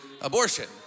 abortion